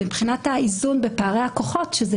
מבחינת האיזון בפערי הכוחות שגם זה